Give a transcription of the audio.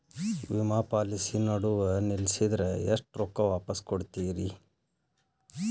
ವಿಮಾ ಪಾಲಿಸಿ ನಡುವ ನಿಲ್ಲಸಿದ್ರ ಎಷ್ಟ ರೊಕ್ಕ ವಾಪಸ್ ಕೊಡ್ತೇರಿ?